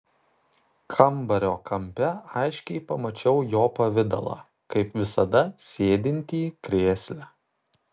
kambario kampe aiškiai pamačiau jo pavidalą kaip visada sėdintį krėsle